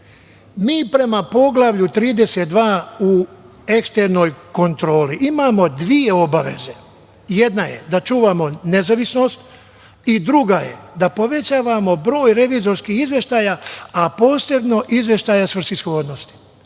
Mi prema Poglavlju 32 u eksternoj kontroli imamo dve obaveze. Jedna je da čuvamo nezavisnost i druga je da povećavamo broj revizorskih izveštaja, a posebno izveštaje svrsishodnosti.